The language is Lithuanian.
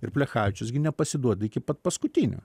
ir plechavičius gi nepasiduoda iki pat paskutinio